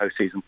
postseason